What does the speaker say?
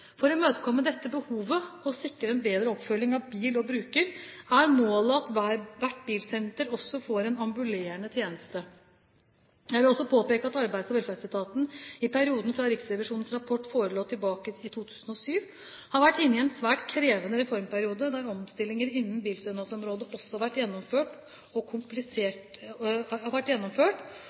For å imøtekomme dette behovet og sikre en bedre oppfølging av bil og bruker er målet at hvert bilsenter også får en ambulerende tjeneste. Jeg vil også påpeke at Arbeids- og velferdsetaten i perioden fra Riksrevisjonens rapport forelå tilbake i 2007, har vært inne i en svært krevende reformperiode, der omstillinger innen bilstønadsområdet også har vært gjennomført